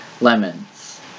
lemons